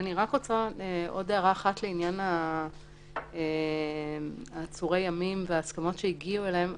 רק עוד הערה אחת לעניין עצורי הימים וההסכמות שהגיעו אליהן.